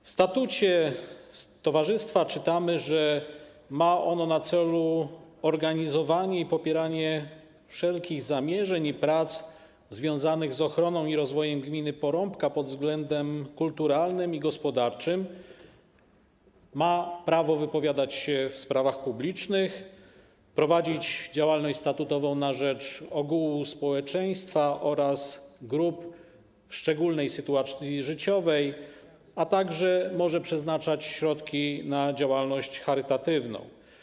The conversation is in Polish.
W statucie towarzystwa czytamy, że ma ono na celu organizowanie i popieranie wszelkich zamierzeń i prac związanych z ochroną i rozwojem gminy Porąbka pod względem kulturalnym i gospodarczym, ma prawo wypowiadać się w sprawach publicznych, prowadzić działalność statutową na rzecz ogółu społeczeństwa oraz grup w szczególnej sytuacji życiowej, a także może przeznaczać środki na działalność charytatywną.